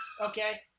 Okay